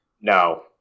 No